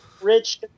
Rich